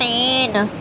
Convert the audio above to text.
تین